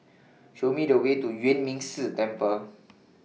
Show Me The Way to Yuan Ming Si Temple